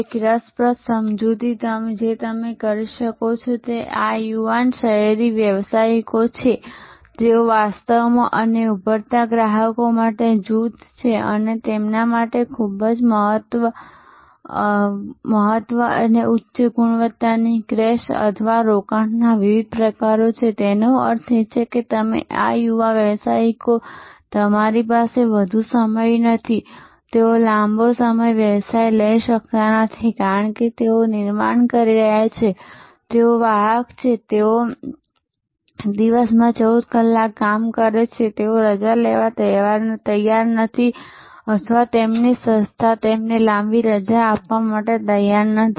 એક રસપ્રદ સમજૂતી જે તમે કરી શકો છો તે આ યુવાન શહેરી વ્યાવસાયિકો છે તેઓ વાસ્તવમાં અને ઉભરતા ગ્રાહકોના મોટા જૂથ છે અને તેમના માટે ખૂબ જ ઉચ્ચ ગુણવત્તાની ક્રેશ અથવા રોકાણના વિવિધ પ્રકારો છેતેનો અર્થ એ કે તમે આ યુવા વ્યાવસાયિકો તમારી પાસે વધુ સમય નથી તેઓ લાંબો વ્યવસાય લઈ શકતા નથી કારણ કે તેઓ નિર્માણ કરી રહ્યા છે તેઓ વાહક છે તેઓ દિવસમાં 14 કલાક કામ કરે છે અને તેઓ રજા લેવા તૈયાર નથી અથવા તેમની સંસ્થા તેમને લાંબી રજા આપવા માટે તૈયાર નથી